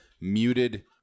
muted